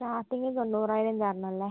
starting തൊണ്ണൂറായിരം തരണം അല്ലെ